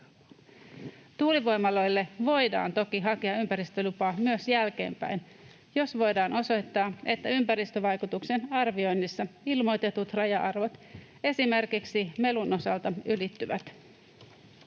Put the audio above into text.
Tuulivoimaloille voidaan toki hakea ympäristölupa myös jälkeenpäin, jos voidaan osoittaa, että ympäristövaikutuksen arvioinnissa ilmoitetut raja-arvot esimerkiksi melun osalta ylittyvät.